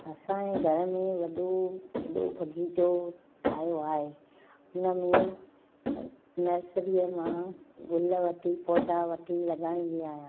असांजे घर में वॾो ऐॾो बग़ीचो ठाहियो आहे हुन में नर्सरीअ मां गुल वठी पौधा वठी लॻाईंदी आहियां